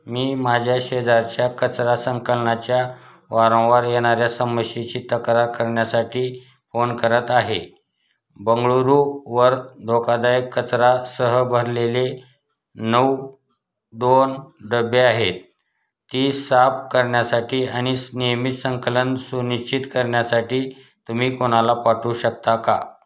मी माझ्या शेजारच्या कचरा संकलनाच्या वारंवार येणाऱ्या समस्येची तक्रार करण्यासाठी फोन करत आहे बंगळुरूवर धोकादायक कचरा सह भरलेले नऊ दोन डबे आहे ती साफ करण्यासाठी आणि स् नियमित संकलन सुनिश्चित करण्यासाठी तुम्ही कोणाला पाठवू शकता का